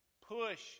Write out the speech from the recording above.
push